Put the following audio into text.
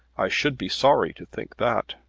i should be sorry to think that.